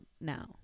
now